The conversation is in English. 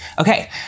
okay